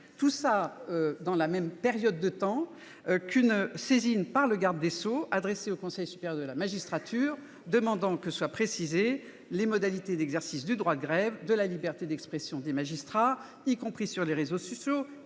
Dans le même temps, une saisine a été adressée par le garde des sceaux au Conseil supérieur de la magistrature, demandant que soient précisées les modalités d'exercice du droit de grève et de la liberté d'expression des magistrats, y compris sur les réseaux sociaux